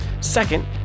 Second